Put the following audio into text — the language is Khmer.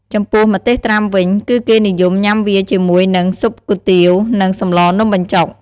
ចំពោះម្ទេសត្រាំវិញ គឺគេនិយមញ៉ាំវាជាមួយនិង ស៊ុបគុយទាវ និងសម្លរនំបញ្ចុក។